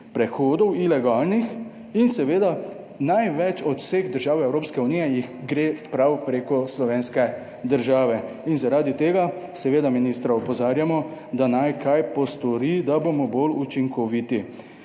prehodov, ilegalnih, in seveda največ od vseh držav Evropske unije jih gre prav preko slovenske države in zaradi tega seveda ministra opozarjamo, da naj kaj postori, da bomo bolj učinkoviti.